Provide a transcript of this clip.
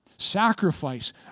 sacrifice